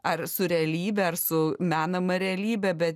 ar su realybe ar su menama realybe be